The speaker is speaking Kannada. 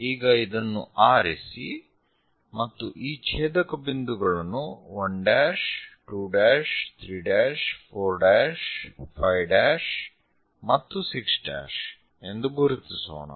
ಈಗ ಇದನ್ನು ಆರಿಸಿ ಮತ್ತು ಈ ಛೇದಕ ಬಿಂದುಗಳನ್ನು 1' 2' 3' 4' 5' ಮತ್ತು 6' ಎಂದು ಗುರುತಿಸೋಣ